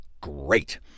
Great